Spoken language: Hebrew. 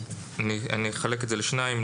אני אחלק את הדברים לשני חלקים,